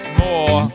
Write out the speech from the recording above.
more